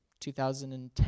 2010